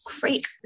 great